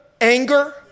anger